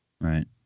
right